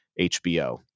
HBO